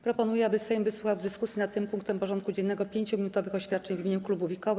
Proponuję, aby Sejm wysłuchał w dyskusji nad tym punktem porządku dziennego 5-minutowych oświadczeń w imieniu klubów i koła.